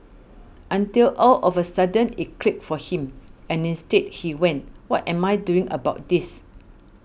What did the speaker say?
until all of a sudden it clicked for him and instead he went what am I doing about this